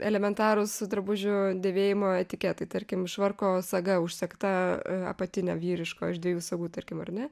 elementarūs drabužių dėvėjimo etiketai tarkim švarko saga užsegta apatinė vyriško iš dviejų sagų tarkim ar ne